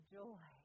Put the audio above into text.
joy